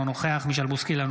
אינו נוכח מישל בוסקילה,